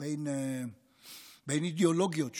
בין אידיאולוגיות שונות,